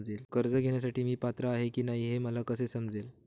कर्ज घेण्यासाठी मी पात्र आहे की नाही हे मला कसे समजेल?